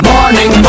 Morning